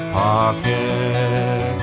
pocket